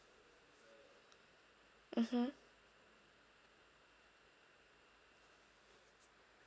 mmhmm